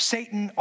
Satan